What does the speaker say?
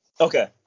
Okay